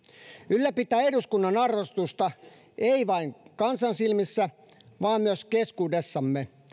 ylläpitää eduskunnan arvostusta ei vain kansan silmissä vaan myös keskuudessamme